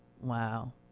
Wow